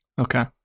Okay